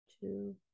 two